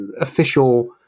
official